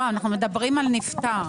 אנחנו מדברים על נפטר.